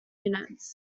units